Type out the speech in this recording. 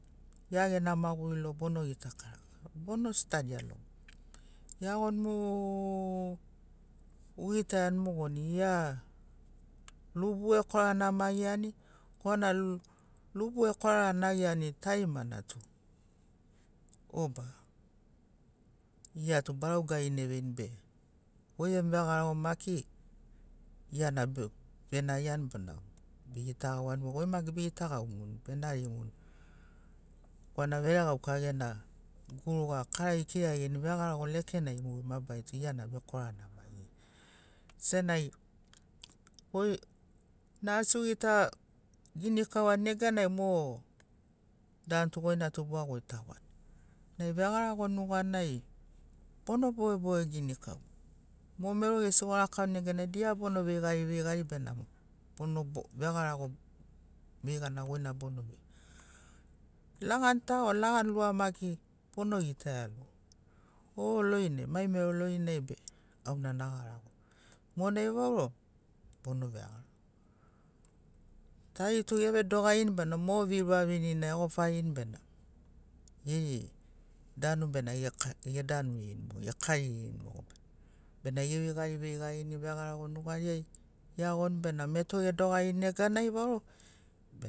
Gia gena maguri logo bono gita karakaraia bono stadia logo beagoni mu ogitaiani mogoni gia lubu ekoranamagiani korana lubu ekoranamagiani tarimana tu oba iatu barau garina eveini be goi gemu vegarago maki giana benariani bona begitagauani goi maki begitagaumuni benarimuni korana veregauka gena guruga kara ekiragiani vegarago lekenai mogeri mabarari giana bekoranamagiani senagi goi na asi gogita ginikauani neganai e mo dan tu goina tu baogoitagoani nai vegarago nuganai bono bogeboge ginikau mo mero gesi arakauni neganai dia bono veigari veigari benamo bono bog vegarago veigana goina bono veia lagani ta o lagani lua maki bono gitaia logo o lorinai mai mero lorinai be auna nagaragoa monai vau rogo bono vegarago tari tu evedogarini bena mo viuravini na egofarini bena geri danu bena eka edanurin ekaririn mogo bena eveigari veigarini vagarago nugariai eagoni bena meto edogarini neganai vaurogo benamo